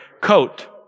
coat